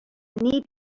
need